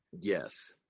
Yes